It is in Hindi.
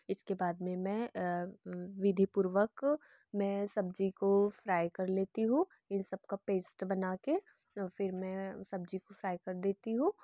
इसके बाद में मैं विधिपूर्वक मैं सब्ज़ी को फ्राइ कर लेती हूँ इन सब का पेस्ट बना कर फिर मैं सब्ज़ी को फ्राइ कर देती हूँ